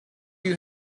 you